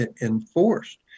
enforced